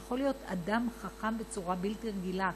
הוא יכול להיות אדם חכם בצורה בלתי רגילה,